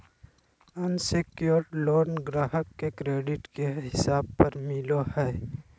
unsecured loan ग्राहक के credit के हिसाब पर मिलो हय